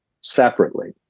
separately